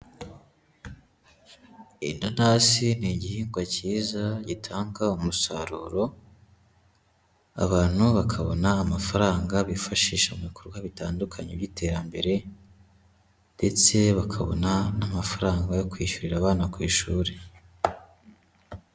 Inanasi ni igihingwa cyiza gitanga umusaruro, abantu bakabona amafaranga bifashisha mu bikorwa bitandukanye by'iterambere, ndetse bakabona n'amafaranga yo kwishyurira abana ku ishuri.